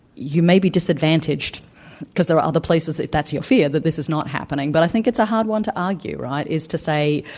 you may be disadvantaged because there are other places if that's your fear that this is not happening. but i think it's a hard one to argue, right, is to say,